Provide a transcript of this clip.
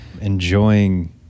enjoying